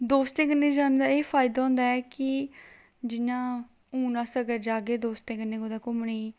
दोस्तें कन्नै जाने दा एह् फायदा होंदा ऐ कि जि'यां हून अस अगर जाह्गे दोस्तें कन्नै कुतै घूमने गी